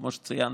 כמו שציינת,